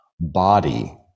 body